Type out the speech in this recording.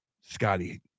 scotty